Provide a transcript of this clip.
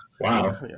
Wow